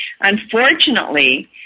unfortunately